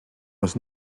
was